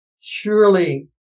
Surely